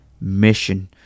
mission